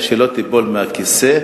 שלא תיפול מהכיסא,